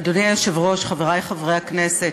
אדוני היושב-ראש, חברי חברי הכנסת,